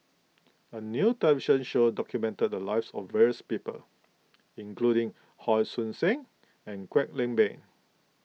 a new television show documented the lives of various people including Hon Sui Sen and Kwek Leng Beng